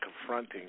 confronting